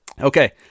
Okay